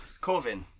Corvin